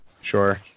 Sure